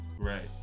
Right